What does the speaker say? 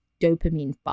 dopamine